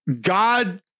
God